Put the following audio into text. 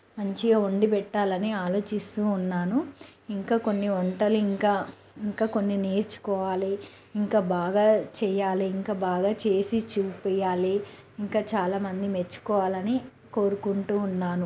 మంచిగా వండి పెట్టాలని ఆలోచిస్తూ ఉన్నాను ఇంకా కొన్ని వంటలు ఇంకా ఇంకా కొన్ని నేర్చుకోవాలి ఇంకా బాగా చెయ్యాలి ఇంకా బాగా చేసి చూపియ్యాలి ఇంకా చాలా మంది మెచ్చుకోవాలని కోరుకుంటూ ఉన్నాను